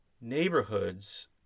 neighborhoods